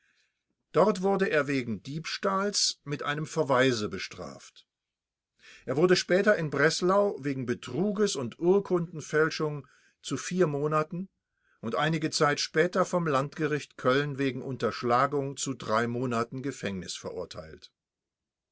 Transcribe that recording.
dort wurde er wegen diebstahls mit einem verweise bestraft es wurde später in breslau wegen betruges und urkundenfälschung zu vier monaten und einige zeit später vom landgericht köln wegen unterschlagung zu monaten gefängnis verurteilt